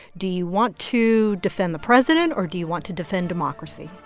do you want to defend the president, or do you want to defend democracy?